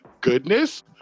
goodness